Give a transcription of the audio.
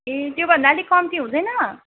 ए त्योभन्दा अलिक कम्ती हुँदैन